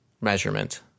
measurement